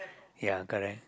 ya correct